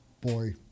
boy